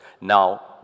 Now